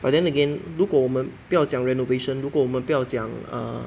but then again 如果我们不要讲 renovation 如果我们不要讲 err